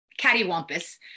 cattywampus